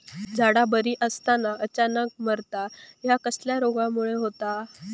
झाडा बरी असताना अचानक मरता हया कसल्या रोगामुळे होता?